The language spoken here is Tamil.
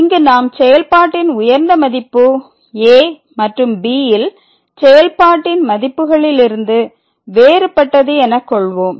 இங்கு நாம் செயல்பாட்டின் உயர்ந்த மதிப்பு a மற்றும் b ல் செயல்பாட்டின் மதிப்புகளில் இருந்து வேறுபட்டது எனக் கொள்வோம்